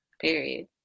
Period